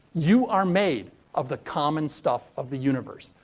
you are made of the common stuff of the universe.